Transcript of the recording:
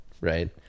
right